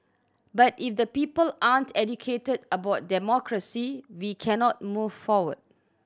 but if the people aren't educated about democracy we cannot move forward